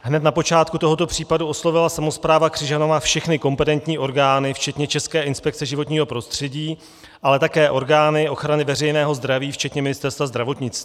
Hned na počátku tohoto případu oslovila samospráva Křižanova všechny kompetentní orgány včetně České inspekce životního prostředí, ale také orgány ochrany veřejného zdraví včetně Ministerstva zdravotnictví.